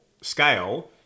scale